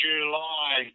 July